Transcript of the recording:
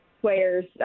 players